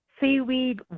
seaweed